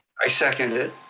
i second it.